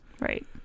Right